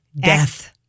death